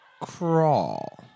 Crawl